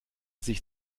sich